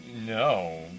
No